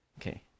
Okay